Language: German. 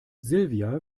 silvia